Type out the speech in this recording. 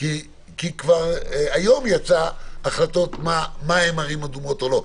כי כבר היום יצאו החלטות לגבי ערים אדומות או לא,